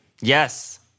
yes